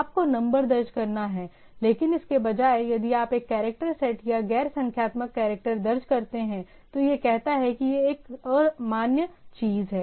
आपको नंबर दर्ज करना है लेकिन इसके बजाय यदि आप एक कैरेक्टर सेट या गैर संख्यात्मक कैरेक्टर दर्ज करते हैं तो यह कहता है कि यह एक अमान्य चीज़ है